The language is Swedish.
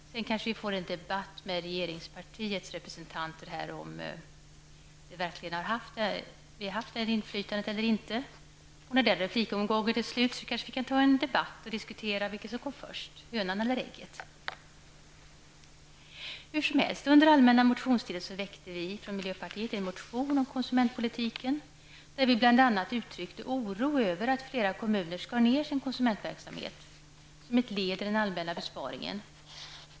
Sedan får vi kanske debattera här med regeringspartiets representanter om huruvida vi verkligen har haft ett inflytande eller inte. Efter avslutad replikomgång kan vi kanske diskutera vad som kom först. Var det hönan eller ägget? Under den allmänna motionstiden väckte vi i miljöpartiet en motion om konsumentpolitiken. I denna motion har vi bl.a. gett uttryck för vår oro över att flera kommuner har skurit ned sin konsumentverksamhet; detta som ett led i den allmänna strävan att göra besparingar.